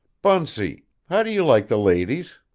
bunsey, how do you like the ladies?